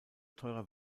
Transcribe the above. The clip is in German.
teurer